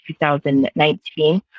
2019